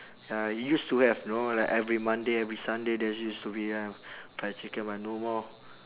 ya used to have know like every monday every sunday there's used to be uh fried chicken but no more